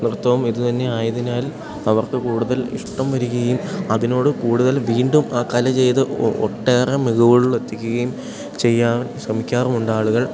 നൃത്തവും ഇതു തന്നെ ആയതിനാൽ അവർക്ക് കൂടുതൽ ഇഷ്ടം വരികയും അതിനോട് കൂടുതൽ വീണ്ടും ആ കല ചെയ്ത് ഒ ഒട്ടേറെ മികവുകളിലെത്തിക്കുകയും ചെയ്യാൻ ശ്രമിക്കാറുമുണ്ടാളുകൾ